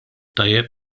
tajjeb